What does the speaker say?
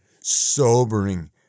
sobering